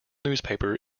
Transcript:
newspaper